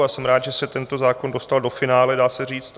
A jsem rád, že se tento zákon dostal do finále, dá se říct.